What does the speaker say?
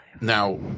Now